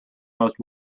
most